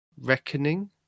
reckoning